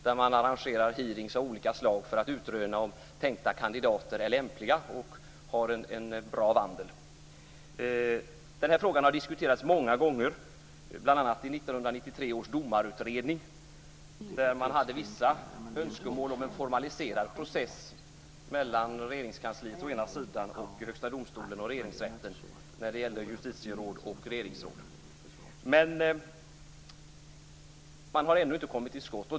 Där arrangerar man hearings av olika slag för att utröna om tänkta kandidater är lämpliga och har en god vandel. Den här frågan har diskuterats många gånger, bl.a. i 1993 års domarutredning, där man hade vissa önskemål om en formaliserad process mellan Regeringskansliet å ena sidan och Högsta domstolen och Regeringsrätten å den andra sidan, när det gällde justitieråd och regeringsråd. Men man har ännu inte kommit till skott.